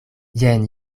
jen